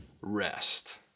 rest